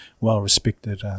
well-respected